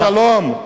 איזה שלום?